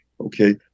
Okay